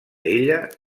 ella